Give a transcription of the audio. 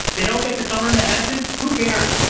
they don't get to summer in the hamptons. who cares?